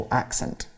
accent